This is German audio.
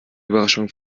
überraschung